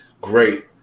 great